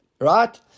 right